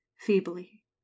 feebly